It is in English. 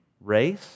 race